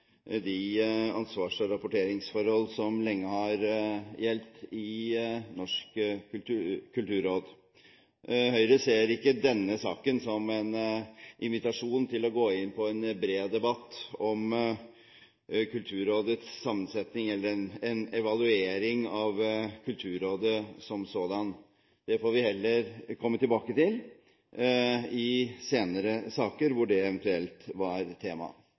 de ansvars- og rapporteringsforhold som lenge har gjeldt i Norsk kulturråd. Høyre ser ikke denne saken som en invitasjon til å gå inn på en bred debatt om Kulturrådets sammensetning eller en evaluering av Kulturrådet som sådan. Det får vi heller komme tilbake til i senere saker hvor det eventuelt er tema.